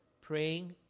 praying